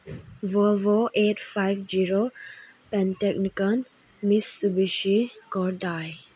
ꯚꯣꯜꯕꯣ at five zero ꯄꯦꯟꯇꯦꯛꯅꯤꯀꯟ ꯃꯤꯁꯚꯤꯁꯤ ꯀꯣꯔꯗꯥꯏ